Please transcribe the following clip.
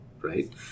right